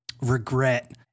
regret